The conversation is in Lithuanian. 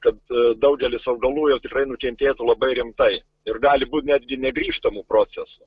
kad daugelis augalų jau tikrai nukentėtų labai rimtai ir gali būt netgi negrįžtamų procesų